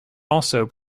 also